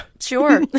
Sure